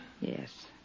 Yes